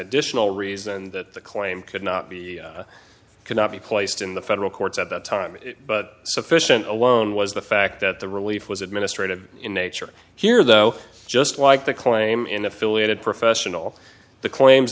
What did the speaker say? additional reason that the claim could not be cannot be placed in the federal courts at that time but sufficient alone was the fact that the relief was administrative in nature here though just like the claim in affiliated professional the claims